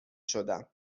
شدم